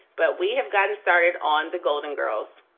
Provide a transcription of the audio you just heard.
but we have gotten started on the golden girls